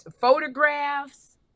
photographs